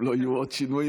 אם לא יהיו עוד שינויים.